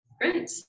Great